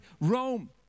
Rome